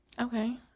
Okay